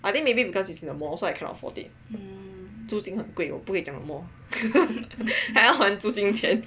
I think maybe because it's in the mall so I cannot fault it 租金很贵我不可以讲什么 还要还租金钱